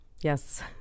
Yes